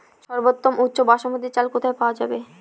সর্বোওম উচ্চ বাসমতী চাল কোথায় পওয়া যাবে?